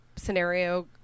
scenario